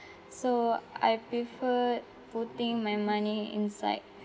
so I prefer putting my money inside